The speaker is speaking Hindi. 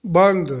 बंद